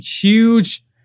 huge